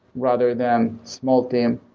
rather than small team,